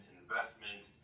investment